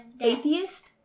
Atheist